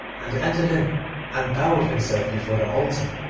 and entered in and bowed himself before the altar,